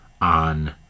on